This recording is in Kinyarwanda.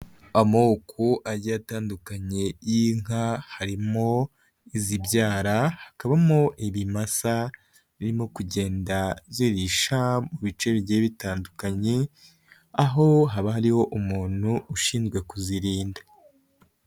Amoko agiye atandukanye y'inka, harimo izibyara, hakabamo ibimasa, birimo kugenda zirisha mu bice bigiye bitandukanye, aho haba hariho umuntu ushinzwe kuzirinda.